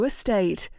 Estate